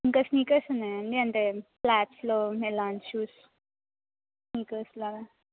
ఇంకా స్నీకర్స్ ఉన్నాయండి అంటే ప్లాబ్స్లో మెలాన్షూస్